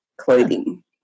clothing